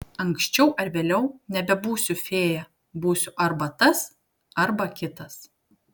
anksčiau ar vėliau nebebūsiu fėja būsiu arba tas arba kitas